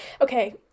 Okay